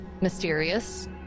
Mysterious